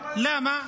למה?